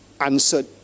answered